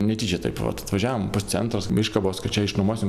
netyčia taip vat atvažiavom pats centras iškabos kad čia išnuomosim